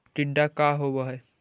टीडा का होव हैं?